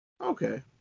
Okay